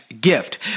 gift